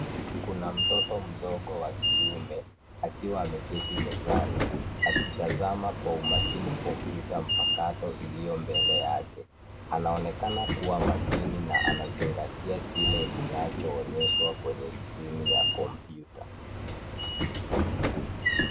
Kuna mtoto mdogo wa kiume akiwa ameketi mezani akitazama kwa umakini kompyuta mpakato iliyo mbele yake, anaonekana kuwa makini na anazingatia kile kinachoonyeshwa kwenye skrini ya kompyuta.